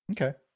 Okay